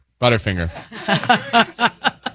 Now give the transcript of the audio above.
butterfinger